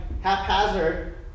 haphazard